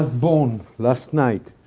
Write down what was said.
ah born last night.